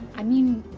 i mean,